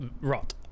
rot